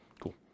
Cool